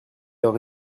leurs